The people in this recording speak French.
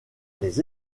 les